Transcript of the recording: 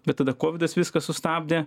bet tada kovidas viską sustabdė